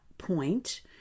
point